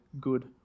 good